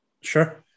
Sure